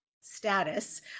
status